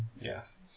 Yes